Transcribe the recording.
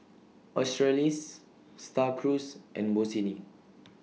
Australis STAR Cruise and Bossini